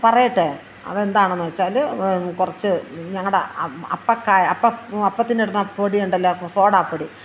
പറയട്ടെ അതെന്താണെന്ന് വെച്ചാൽ കുറച്ച് ഞങ്ങളുടെ അം അപ്പക്കായ അപ്പം അപ്പത്തിനിടുന്ന പൊടിയുണ്ടല്ലോ സോഡാ പൊടി